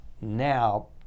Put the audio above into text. now